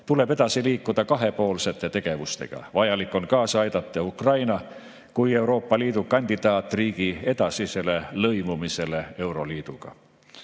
tuleb edasi liikuda kahepoolsete tegevustega. Vajalik on kaasa aidata Ukraina kui Euroopa Liidu kandidaatriigi edasisele lõimumisele euroliiduga.